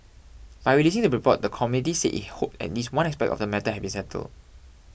by releasing the report the committee said it hoped at least one aspect of the matter had been settle